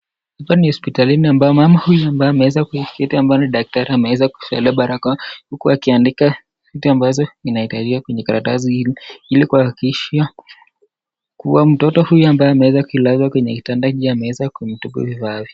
Hapa ni hospitalini ambapo mama huyu ambaye ameweza kuketi ambalo daktari ameweza kuvalia barakoa huku akiandika vitu ambazo inahitajika kwenye karatasi hii ili kuhakikishia kua mtoto huyu ambaye ameweza kulazwa kwenye kitanda juu ameweza kumshughulikia vifavyo.